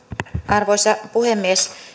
arvoisa puhemies